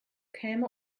käme